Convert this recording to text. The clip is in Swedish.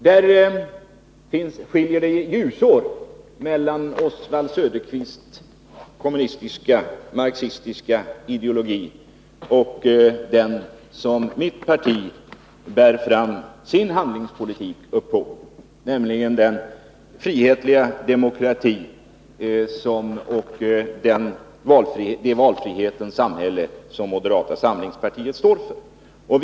Där är det ljusår mellan Oswald Söderqvists kommunistisk-marxistiska ideologi och den som mitt parti grundar sin handlingspolitik uppå, nämligen den frihetliga demokrati och det valfrihetens samhälle som moderata samlingspartiet står för.